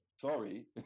Sorry